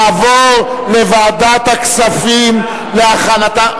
ותעבור לוועדת הכספים להכנתה,